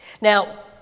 Now